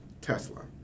Tesla